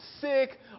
sick